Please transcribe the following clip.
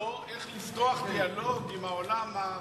זה אחרי שלימדו אותו איך לפתוח דיאלוג עם העולם הערבי-המוסלמי.